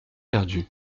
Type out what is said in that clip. perdu